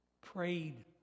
prayed